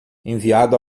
enviado